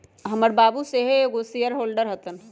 हमर बाबू सेहो एगो शेयर होल्डर हतन